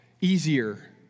easier